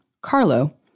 Carlo